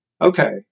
okay